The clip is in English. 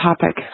topic